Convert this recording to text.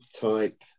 type